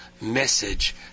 message